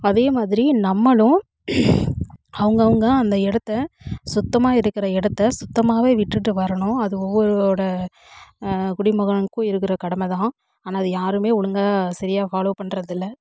அதே மாதிரி நம்மளும் அவங்கவுங்க அந்த இடத்த சுத்தமாக இருக்கிற இடத்த சுத்தமாகவே விட்டுவிட்டு வரணும் அது ஒவ்வொருவரோட குடிமகனுக்கும் இருக்கிற கடமை தான் ஆனால் அது யாருமே ஒழுங்காக சரியாக ஃபாலோ பண்ணு்றதில்ல